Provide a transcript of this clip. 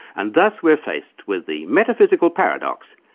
and thus we are faced with the metaphysical paradox,